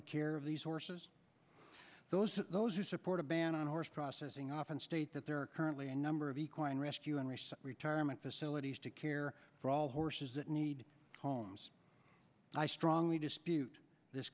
the care of these horses those those who support a ban on horse processing often state that there are currently a number of equine rescue and recent retirement facilities to care for all horses that need homes i strongly dispute this